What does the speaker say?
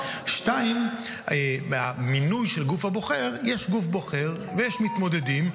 2. במינוי של הגוף הבוחר יש גוף בוחר ויש מתמודדים,